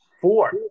Four